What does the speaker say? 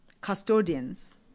custodians